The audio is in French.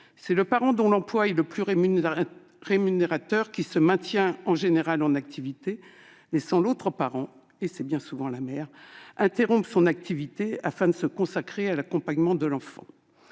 c'est le parent dont l'emploi est le plus rémunérateur qui se maintient en général en activité, laissant l'autre parent- bien souvent la mère -interrompre son activité afin de se consacrer à l'accompagnement de l'enfant